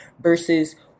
versus